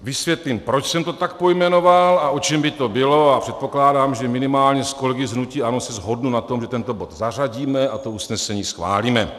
Vysvětlím, proč jsem to tak pojmenoval a o čem by to bylo, a předpokládám, že minimálně s kolegy z hnutí ANO se shodnu na tom, že tento bod zařadíme a to usnesení schválíme.